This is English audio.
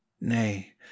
Nay